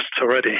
already